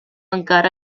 encara